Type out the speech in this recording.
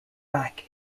back